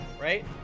right